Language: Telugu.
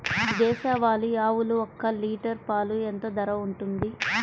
దేశవాలి ఆవులు ఒక్క లీటర్ పాలు ఎంత ధర ఉంటుంది?